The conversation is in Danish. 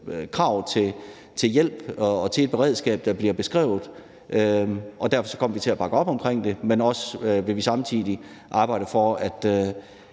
krav til hjælp og til et beredskab, der bliver beskrevet, og derfor kommer vi til at bakke op om det, men vi vil samtidig arbejde for, at